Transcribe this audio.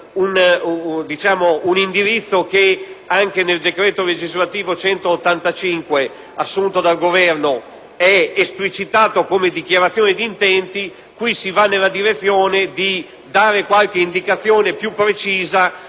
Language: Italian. un indirizzo che anche nel decreto-legge n. 185, assunto dal Governo, è esplicitato come dichiarazione di intenti. Qui si va nella direzione di dare qualche indicazione più precisa